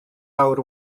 awr